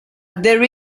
there